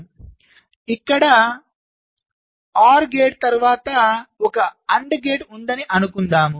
మనకు ఇక్కడ OR gate తరువాత ఒక AND గేట్ ఉందని అనుకుందాం